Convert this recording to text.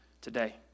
today